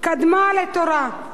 "קדמה לתורה".